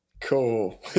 Cool